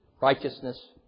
righteousness